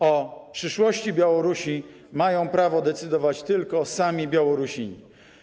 O przyszłości Białorusi mają prawo decydować tylko sami Białorusini.